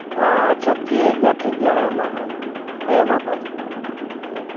ᱟᱪ ᱪᱷᱟ ᱴᱷᱤᱠ ᱜᱮᱭᱟ ᱴᱷᱤᱠ ᱜᱮᱭᱟ ᱦᱮᱸᱢᱟ ᱦᱮᱸᱢᱟ ᱦᱮᱸ ᱢᱟ ᱛᱟᱦᱞᱮ ᱦᱮᱸ